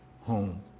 home